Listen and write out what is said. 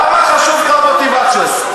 למה חשוב לך מוטיבציות?